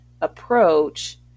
approach